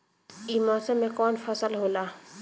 ई मौसम में कवन फसल होला?